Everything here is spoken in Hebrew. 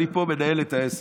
אני פה מנהל את העסק.